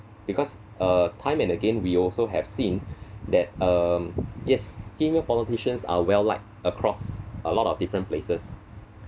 because uh time and again we also have seen that um yes female politicians are well like across a lot of different places